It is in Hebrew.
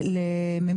אני רוצה להתייחס.